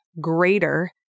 greater